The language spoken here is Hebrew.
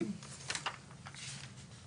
שקף הבא,